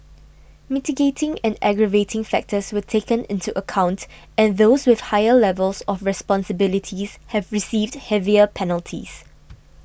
mitigating and aggravating factors were taken into account and those with higher level of responsibilities have received heavier penalties